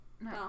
No